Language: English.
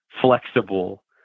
flexible